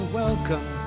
welcome